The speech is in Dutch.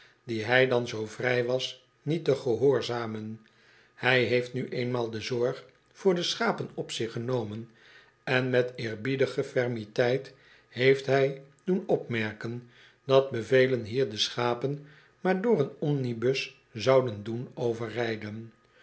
die hij dan zoo vrij was niet te gehoorzamen hij heeft nu eenmaal de zorg voor de schapen op zich genomen en met eerbiedige fermiteit heeft hij doen opmerken dat bevelen hier de schapen maar door een omnibus zouden doen